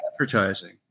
advertising